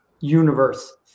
universe